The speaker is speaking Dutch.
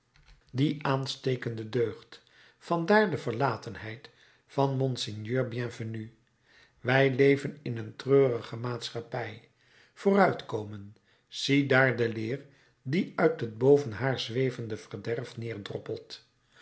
die aanstekende deugd vandaar de verlatenheid van monseigneur bienvenu wij leven in een treurige maatschappij vooruitkomen ziedaar de leer die uit het boven haar zwevende verderf